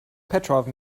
petrov